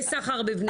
וסחר בבני אדם?